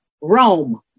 Rome